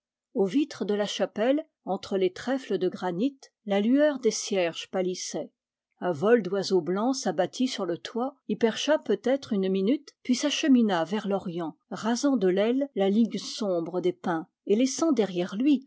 aux vitres de la chapelle entre les trèfles de granit la lueur des cierges pâlissait un vol d oiseaux blancs s'abattit sur le toit y percha peut-être une minute puis s'achemina vers l'orient rasant de l'aile la ligne sombre des pins et laissant derrière lui